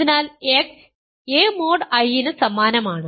അതിനാൽ x a mode I ന് സമാനമാണ്